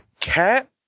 cat